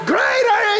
Greater